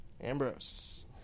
Ambrose